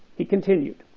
he continued,